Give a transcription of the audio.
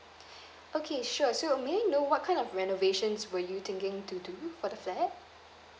okay sure so may I know what kind of renovations were you thinking to do for the flat